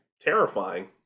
terrifying